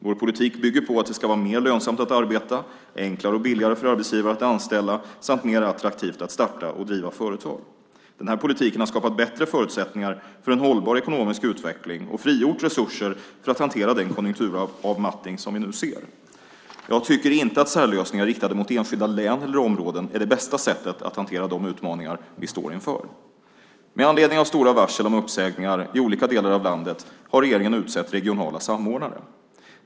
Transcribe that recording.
Vår politik bygger på att det ska vara mer lönsamt att arbeta, enklare och billigare för arbetsgivare att anställa samt mer attraktivt att starta och driva företag. Den här politiken har skapat bättre förutsättningar för en hållbar ekonomisk utveckling och frigjort resurser för att hantera den konjunkturavmattning som vi nu ser. Jag tycker inte att särlösningar riktade mot enskilda län eller områden är det bästa sättet att hantera de utmaningar vi står inför. Med anledning av stora varsel om uppsägningar i olika delar av landet har regeringen utsett regionala samordnare.